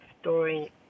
story